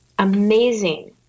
amazing